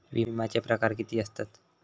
विमाचे प्रकार किती असतत?